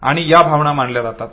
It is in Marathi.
आणि या भावना मानल्या जातात